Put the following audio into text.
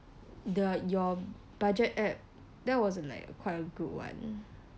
the your budget app that was like a quite a good one